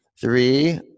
Three